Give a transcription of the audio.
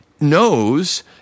knows